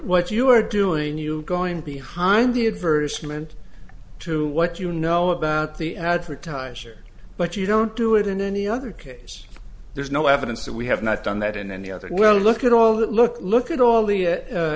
what you are doing you going behind the advertisement to what you know about the advertisers but you don't do it in any other case there is no evidence that we have not done that in any other well look at all the look look at all the